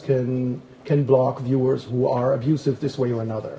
can can block viewers who are abusive this way or another